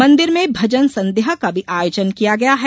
मंदिर में भजन संध्या का भी आयोजन किया गया है